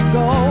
go